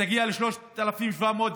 שתגיע ל-3,710.